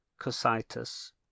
Cositus